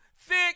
thick